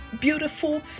beautiful